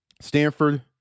Stanford